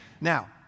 Now